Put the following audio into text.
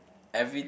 every